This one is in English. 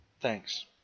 Thanks